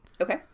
Okay